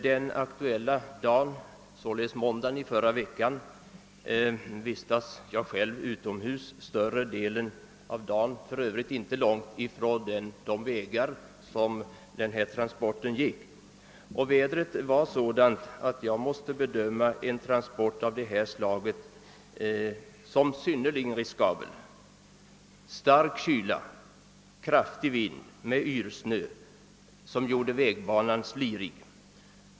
Jag vistades själv utomhus under större delen av den aktuella dagen — måndagen den 17 februari — inte långt från de vägar där denna transport gick. Vädret var sådant att jag måste bedöma en transport av detta slag som synnerligen riskabel: stark kyla och kraftig vind med yrsnö som gjorde vägbanan slirig.